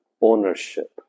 ownership